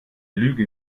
lüge